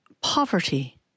poverty